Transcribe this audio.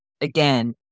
again